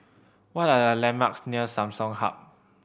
what are the landmarks near Samsung Hub